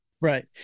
Right